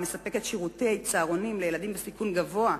המספקת שירותי צהרונים לילדים בסיכון גבוה,